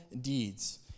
deeds